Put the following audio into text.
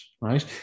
right